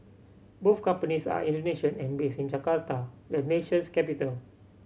both companies are Indonesian and based in Jakarta the nation's capital